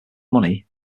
money